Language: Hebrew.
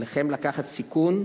עליכם לקחת סיכון,